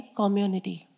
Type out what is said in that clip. community